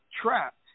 trapped